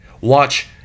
Watch